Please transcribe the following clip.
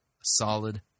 solid